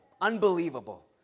Unbelievable